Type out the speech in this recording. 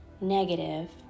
negative